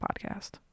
podcast